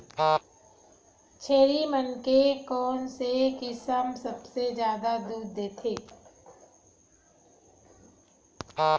छेरी मन के कोन से किसम सबले जादा दूध देथे?